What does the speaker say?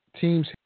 Teams